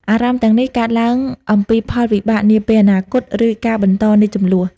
អារម្មណ៍ទាំងនេះកើតឡើងអំពីផលវិបាកនាពេលអនាគត ឬការបន្តនៃជម្លោះ។